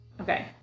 Okay